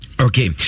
Okay